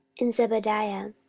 and zebadiah,